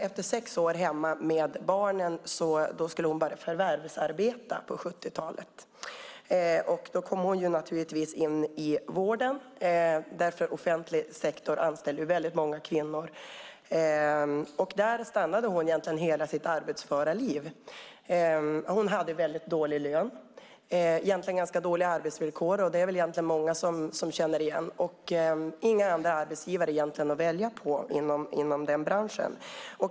Efter sex år hemma med barnen skulle hon börja förvärvsarbeta på 70-talet. Då kom hon naturligtvis in i vården, eftersom offentlig sektor anställde väldigt många kvinnor. Där stannade hon hela sitt arbetsföra liv. Hon hade väldigt dålig lön och egentligen väldigt dåliga arbetsvillkor. Det är det många som känner igen. Hon hade inte några andra arbetsgivare att välja på inom den branschen.